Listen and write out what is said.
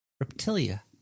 Reptilia